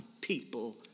people